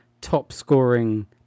top-scoring